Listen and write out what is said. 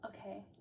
Okay